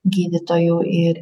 gydytojų ir